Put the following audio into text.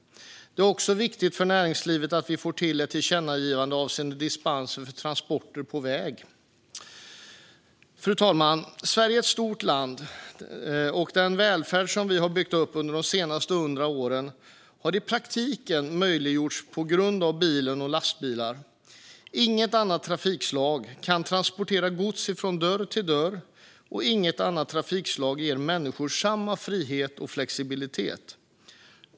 Det är också viktigt för näringslivet att vi får till ett tillkännagivande avseende dispenser för transporter på väg. Fru talman! Sverige är ett stort land, och den välfärd som vi har byggt upp under de senaste hundra åren har i praktiken möjliggjorts av bilar och lastbilar. Inget annat trafikslag kan transportera gods från dörr till dörr, och inget annat trafikslag ger människor samma frihet och flexibilitet.